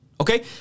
Okay